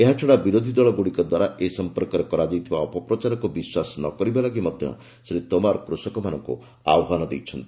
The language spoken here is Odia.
ଏହାଛଡ଼ା ବିରୋଧୀ ଦଳଗୁଡ଼ିକ ଦ୍ୱାରା ଏ ସମ୍ପର୍କରେ କରାଯାଇଥିବା ଅପପ୍ରଚାରକୁ ବିଶ୍ୱାସ ନ କରିବା ଲାଗି ମଧ୍ୟ ଶ୍ରୀ ତୋମାର କୃଷକମାନଙ୍କୁ ଆହ୍ପାନ ଦେଇଛନ୍ତି